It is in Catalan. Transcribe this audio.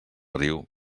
riu